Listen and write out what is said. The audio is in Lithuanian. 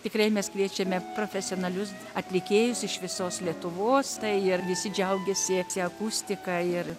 tikrai mes kviečiame profesionalius atlikėjus iš visos lietuvos tai ir visi džiaugiasi akustika ir